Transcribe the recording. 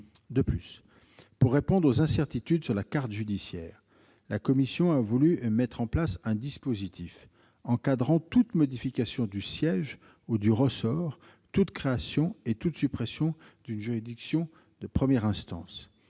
De plus, pour répondre aux incertitudes sur la carte judiciaire, la commission a voulu mettre en place un dispositif encadrant toute modification du siège ou du ressort, toute création et toute suppression d'une juridiction de première instance.